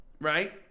Right